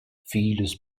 vieles